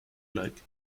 like